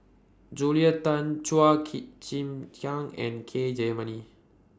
Julia Tan Chua Chim Kang and K Jayamani